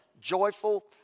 joyful